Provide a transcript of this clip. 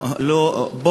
גנאים.